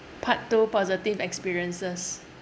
part two positive experiences